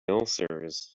ulcers